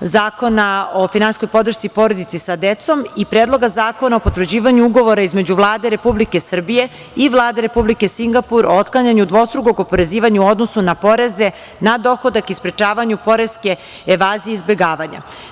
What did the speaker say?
Zakona o finansijskoj podršci porodici sa decom i Predlogu zakona o potvrđivanju Ugovora između Vlade Republike Srbije i Vlade Republike Singapur o otklanjanju dvostrukog oporezivanja u odnosu na poreze na dohodak i sprečavanju poreske evazije i izbegavanja.